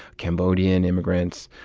cambodian immigrants,